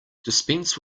dispense